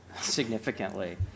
significantly